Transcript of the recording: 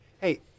Hey